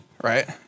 right